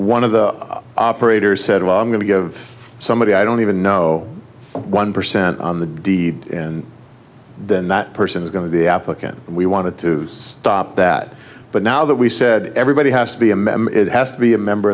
one of the operators said well i'm going to give somebody i don't even know one percent on the deed and then that person is going to the applicant we want to stop that but now that we said everybody has to be a member it has to be a member